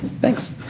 Thanks